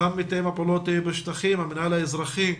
גם מתאם הפעולות בשטחים, המינהל האזרחי,